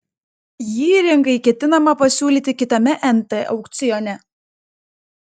jį rinkai ketinama pasiūlyti kitame nt aukcione